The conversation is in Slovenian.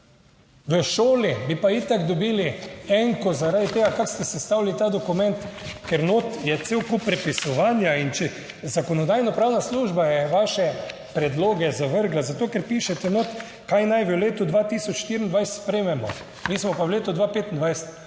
V šoli bi pa itak dobili enko zaradi tega, kako ste sestavili ta dokument, ker notri je cel kup prepisovanja in če, Zakonodajno- pravna služba je vaše predloge zavrgla, zato ker pišete noter, kaj naj v letu 2024 sprejmemo. Mi smo pa v letu dva 25, ker